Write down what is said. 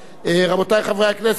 רבותי חברי הכנסת,